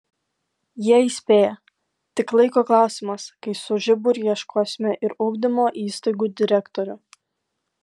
jie įspėja tik laiko klausimas kai su žiburiu ieškosime ir ugdymo įstaigų direktorių